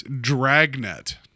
Dragnet